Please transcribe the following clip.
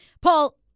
Paul